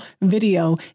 video